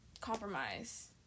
compromise